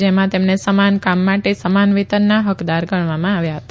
જેમાં તેમને સમાન કામ માટે સમાન વેતનના હકદાર ગણવામાં આવ્યા હતા